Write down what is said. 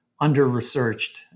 under-researched